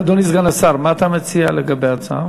אדוני סגן השר, מה אתה מציע לגבי ההצעה?